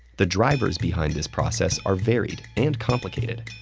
the drivers behind this process are varied and complicated,